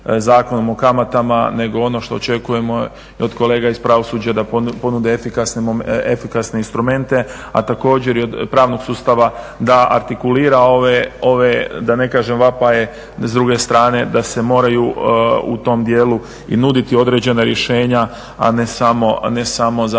o kamatama, nego ono što očekujemo od kolege iz pravosuđa da ponude efikasne instrumente, a također i od pravnog sustava da artikulira ove, da ne kažem vapaje, da s druge strane da se moraju u tom dijelu i nuditi određena rješenja, a ne samo